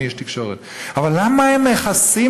גם אני איש תקשורת,